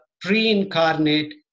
pre-incarnate